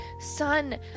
son